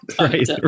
Right